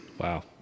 Wow